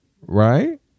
right